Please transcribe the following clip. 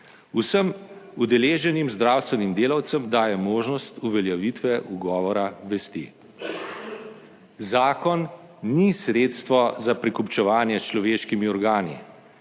Vsem udeleženim zdravstvenim delavcem daje možnost uveljavitve ugovora vesti. Zakon ni sredstvo za prekupčevanje s človeškimi organi.